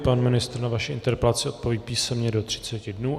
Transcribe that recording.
Pan ministr na vaši interpelaci odpoví písemně do třiceti dnů.